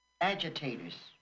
Agitators